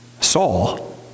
Saul